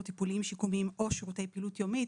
טיפוליים שיקומיים או שירותי פעילות יומית,